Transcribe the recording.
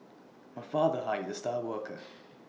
my father hired the star worker